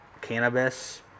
cannabis